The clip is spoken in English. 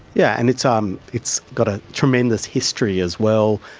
yeah, and it's um it's got a tremendous history as well.